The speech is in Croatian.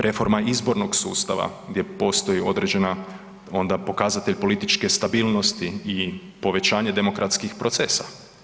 Reforma izbornog sustava gdje postoji određena onda pokazatelj političke stabilnosti i povećanje demokratskih procesa.